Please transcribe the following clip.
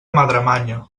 madremanya